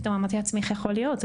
פתאום אמרתי לעצמי, איך יכול להיות?